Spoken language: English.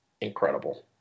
incredible